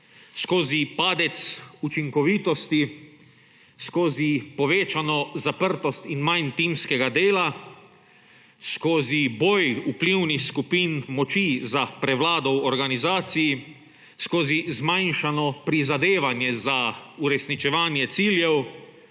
skozi padec učinkovitosti, skozi povečano zaprtost in manj timskega dela, skozi bolj vplivnih skupin moči za prevlado v organizaciji, skozi zmanjšano prizadevanje za uresničevanje ciljev,